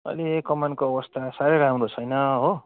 अहिले कमानको अवस्था साह्रै राम्रो छैन हो